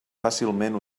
fàcilment